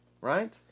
Right